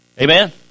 Amen